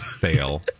fail